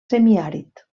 semiàrid